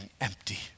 empty